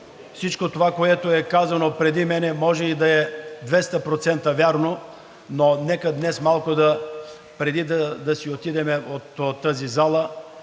всичко това, което е казано преди мен, може и да е 200% вярно, но нека днес малко преди да си отидем от тази зала,